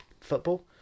football